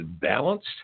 balanced